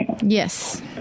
Yes